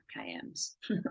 kms